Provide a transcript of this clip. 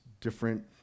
different